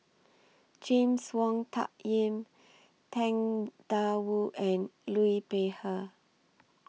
James Wong Tuck Yim Tang DA Wu and Liu Peihe